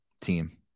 team